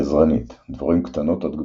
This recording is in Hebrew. גזרנית – דבורים קטנות עד גדולות.